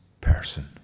person